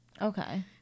Okay